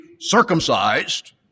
circumcised